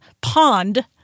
Pond